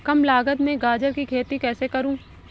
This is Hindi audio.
कम लागत में गाजर की खेती कैसे करूँ?